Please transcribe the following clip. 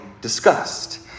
discussed